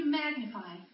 magnify